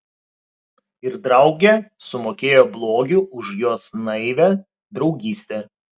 ir draugė sumokėjo blogiu už jos naivią draugystę